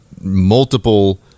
multiple